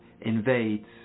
invades